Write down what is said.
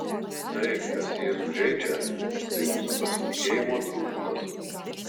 tai kas jėzų žeidžia tai mūsų pasitikėjimo trūkumas